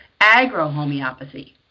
agrohomeopathy